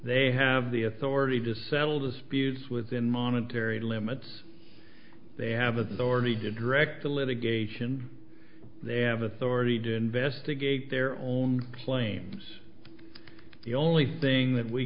they have the authority to settle disputes within monetary limits they have authority to direct the litigation they have authority to investigate their own claims the only thing that we